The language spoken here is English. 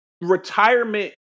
Retirement